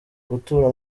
gutura